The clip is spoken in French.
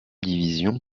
division